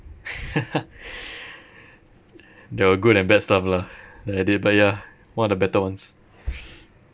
the good and bad stuff lah that I did but ya one of the better ones